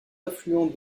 affluent